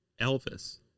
Elvis